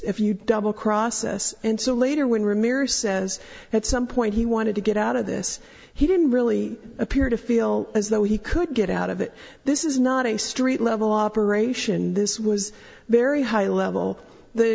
if you double cross us and so later when remarries says at some point he wanted to get out of this he didn't really appear to feel as though he could get out of it this is not a street level operation this was very high level the